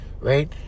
right